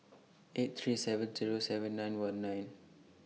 eight three seven Zero seven nine one nine